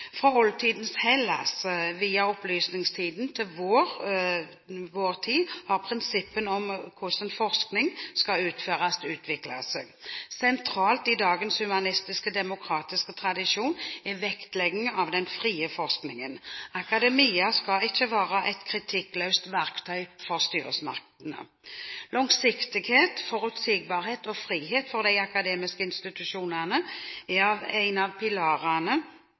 Fra oldtidens Hellas, via opplysningstiden til vår tid har prinsippene om hvordan forskning skal utføres, utviklet seg. Sentralt i dagens humanistiske, demokratiske tradisjon er vektleggingen av den frie forskningen. Akademia skal ikke være et kritikkløst verktøy for styresmaktene. Langsiktighet, forutsigbarhet og frihet for de akademiske institusjonene er en av pilarene